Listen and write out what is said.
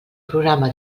programa